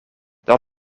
dat